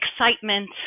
excitement